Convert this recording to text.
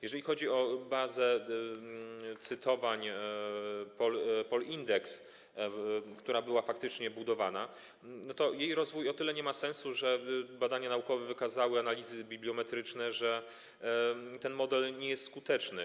Jeżeli chodzi o bazę cytowań POL-index, która była faktycznie budowana, to jej rozwój o tyle nie ma sensu, że badania naukowe wykazały, analizy bibliometryczne, że ten model nie jest skuteczny.